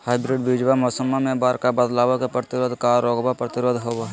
hybrid बीजावा मौसम्मा मे बडका बदलाबो के प्रतिरोधी आ रोगबो प्रतिरोधी होबो हई